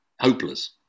hopeless